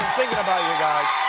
about you guys.